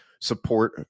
support